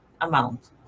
amount